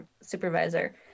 supervisor